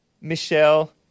Michelle